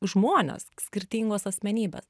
žmonės skirtingos asmenybės